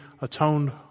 atoned